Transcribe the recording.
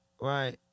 Right